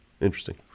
Interesting